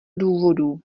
důvodů